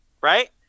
right